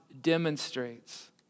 demonstrates